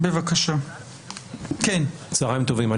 צוהריים טובים.